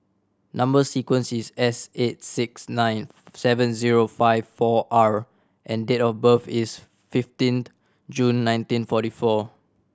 number sequence is S eight six nine seven zero five four R and date of birth is fifteenth June nineteen forty four